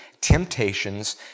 temptations